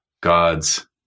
God's